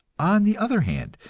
on the other hand,